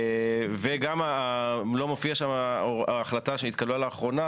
וגם לא מופיעה שם ההחלטה שהתקבלה לאחרונה,